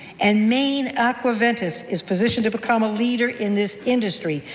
and maine aqua ventus is positioned to become a leader in this industry.